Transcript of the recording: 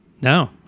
No